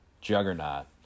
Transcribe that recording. juggernaut